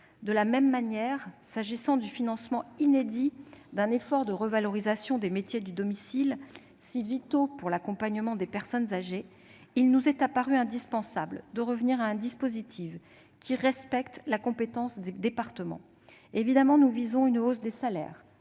De la même manière, s'agissant du financement inédit d'un effort de revalorisation des métiers du domicile, si vitaux pour l'accompagnement des personnes âgées, il nous est apparu indispensable de revenir à un dispositif qui respecte la compétence des départements. Évidemment, nous visons une hausse des salaires